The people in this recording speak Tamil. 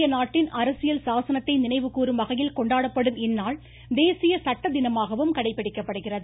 இந்திய நாட்டின் அரசியல் சாசனத்தை நினைவு கூறும் வகையில் கொண்டாடப்படும் இந்நாள் தேசிய சட்ட தினமாகவும் கடைபிடிக்கப்படுகிறது